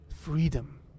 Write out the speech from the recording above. freedom